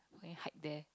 maybe hike there